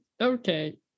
okay